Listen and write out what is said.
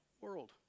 world